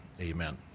Amen